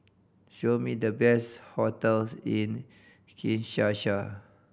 show me the best hotels in Kinshasa